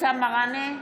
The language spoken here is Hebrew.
אבתיסאם מראענה,